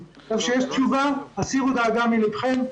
עכשיו יש תשובה, הסירו דאגה מלבכם.